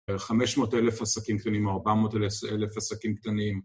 500,000 עסקים קטנים או 400,000 עסקים קטנים